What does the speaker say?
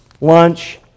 lunch